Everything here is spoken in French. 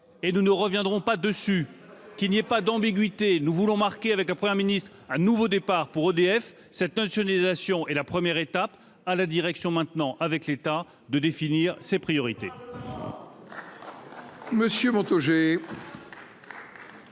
Nous ne reviendrons pas dessus. Nous voulons marquer, avec la Première ministre, un nouveau départ pour EDF. Cette nationalisation en constitue la première étape. À la direction maintenant, avec l'État, de définir ses priorités.